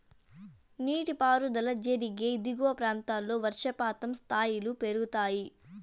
నీటిపారుదల జరిగే దిగువ ప్రాంతాల్లో వర్షపాతం స్థాయిలు పెరుగుతాయి